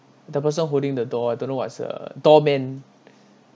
the person holding the door I don't know what's a doorman